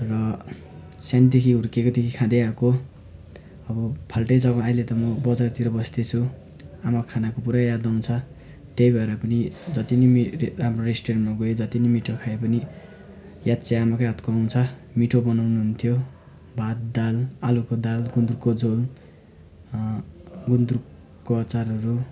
र सानैदेखि हुर्केकोदेखि खाँदै आएको अब फाल्टै जग्गा अहिले त म बजारतिर बस्दैछु आमाको खानाको पुरै याद आउँछ त्यही भएर पनि जति नि मे राम्रो रेस्टुरेन्टमा गए जति नि मिठो खाए पनि याद चाहिँ आमाकै हातको आउँछ मिठो बनाउनुहुन्थ्यो भात दाल आलुको दाल गुन्द्रुकको झोल गुन्द्रुकको अचारहरू